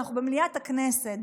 אנחנו במליאת הכנסת,